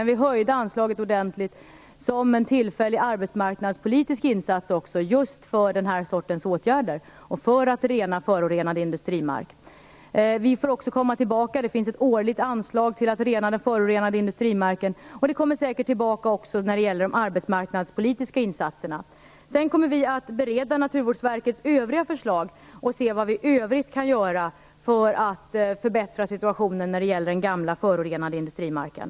Vi höjde anslaget ordentligt också som en tillfällig arbetsmarknadspolitisk insats just för den här sortens åtgärder och för att rena förorenad industrimark. Vi får komma tillbaka. Det finns ett årligt anslag för att rena den förorenade industrimarken. Det kommer säkert också tillbaka när det gäller de arbetsmarknadspolitiska insatserna. Sedan kommer vi att bereda Naturvårdsverkets övriga förslag och se vad vi i övrigt kan göra för att förbättra situationen när det gäller den gamla förorenade industrimarken.